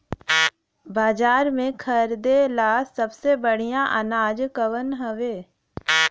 बाजार में खरदे ला सबसे बढ़ियां अनाज कवन हवे?